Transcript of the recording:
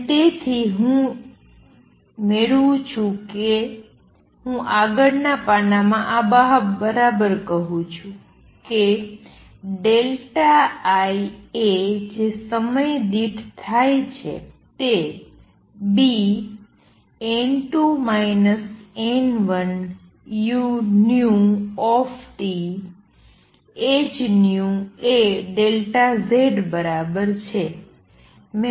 અને તેથી જે હું મેળવું છું તે હું આગળના પાનામાં આ બરાબર કહું છું કે I a જે સમય દીઠ થાય છે તે Bn2 n1uThνaΔZ બરાબર છે